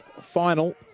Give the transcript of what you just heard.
final